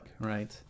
right